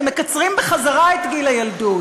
אתם מקצרים בחזרה את גיל הילדות.